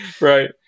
right